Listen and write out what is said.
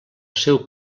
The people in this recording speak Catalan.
seu